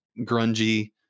grungy